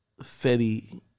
Fetty